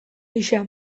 gisa